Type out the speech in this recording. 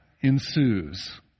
ensues